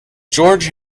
george